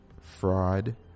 fraud